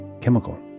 chemical